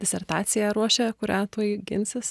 disertaciją ruošia kurią tuoj ginsis